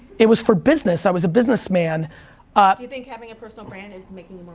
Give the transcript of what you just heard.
it was for business, i was a business man. ah do you think having a personal brand is making